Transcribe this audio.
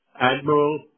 Admiral